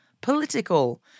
political